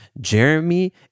Jeremy